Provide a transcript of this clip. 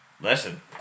Listen